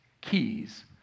keys